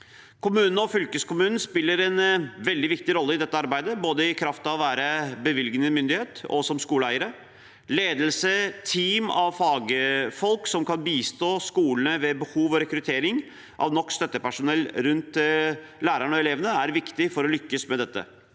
Kommunen og fylkeskommunen spiller en veldig viktig rolle i dette arbeidet, både i kraft av å være bevilgende myndighet og som skoleeiere. Ledelse og team av fagfolk som kan bistå skolene ved behov og rekruttering av nok støttepersonell rundt lærerne og elevene, er viktig for å lykkes med dette.